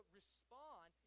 respond